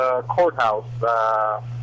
courthouse